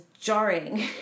jarring